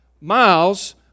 miles